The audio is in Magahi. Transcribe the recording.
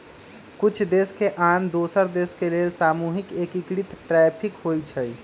कुछ देश के आन दोसर देश के लेल सामूहिक एकीकृत टैरिफ होइ छइ